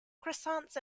croissants